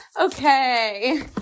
Okay